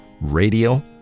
radio